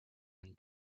and